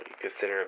consider